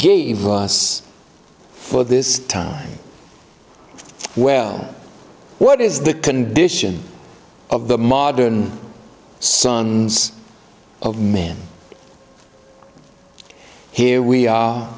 gave us for this time well what is the condition of the modern sons of man here we